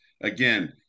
again